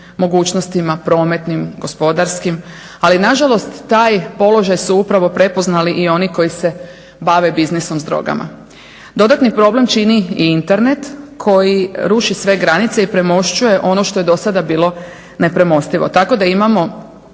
mogućnostima, prometnim, gospodarskim ali nažalost taj položaj su upravo prepoznali i oni koji se bave biznisom s drogama. Dodatni problem čini i internet koji ruši sve granice i premošćuje ono što je dosada bilo nepremostivo, tako da imamo